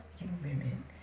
women